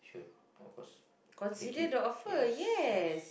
should of course take it yes yes